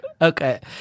Okay